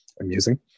amusing